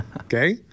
Okay